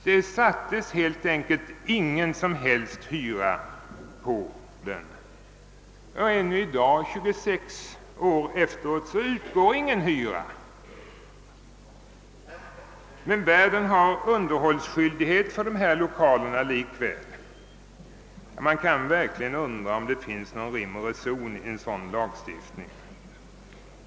Den åsattes helt enkelt ingen som helst hyra, och ännu i dag 26 år efteråt utgår ingen hyra men värden har likväl underhållsskyldighet för lokalen. Man kan verkligen undra, om det finns rim och reson i en sådan lagstiftning.